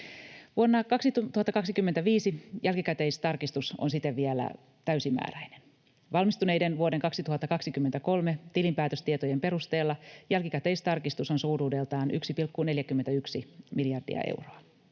Vuonna 2025 jälkikäteistarkistus on siten vielä täysimääräinen. Valmistuneiden vuoden 2023 tilinpäätöstietojen perusteella jälkikäteistarkistus on suuruudeltaan 1,41 miljardia euroa.